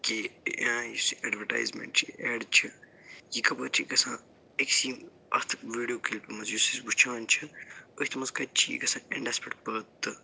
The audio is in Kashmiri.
کہِ یا یُس یہِ اٮ۪ڈواٹایزمٮ۪نٛٹ چہِ اٮ۪ڈ چھِ یہِ کَپٲرۍ چھِ گَژھان أکسٕے اَتھ ویٖڈیو کِلپہِ منٛز یُس أسۍ وٕچھان چھِ أتھ منٛز کَتہِ چھِ یہِ گَژھان اٮ۪نٛدس پٮ۪ٹھ پٲدٕ تہٕ